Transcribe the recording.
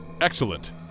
Excellent